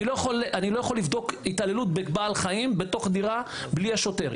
אני לא יכול לבדוק התעללות בבעל חיים בתוך דירה בלי השוטר.